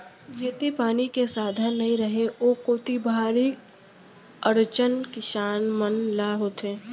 जेती पानी के साधन नइ रहय ओ कोती भारी अड़चन किसान मन ल होथे